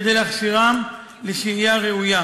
כדי להכשירם לשהייה ראויה.